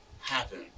happen